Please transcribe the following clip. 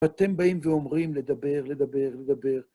אתם באים ואומרים לדבר, לדבר, לדבר.